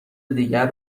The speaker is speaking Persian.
دیگر